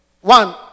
One